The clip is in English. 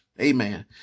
amen